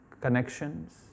connections